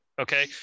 okay